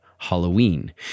Halloween